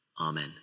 Amen